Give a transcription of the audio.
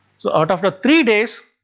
so out of the three days,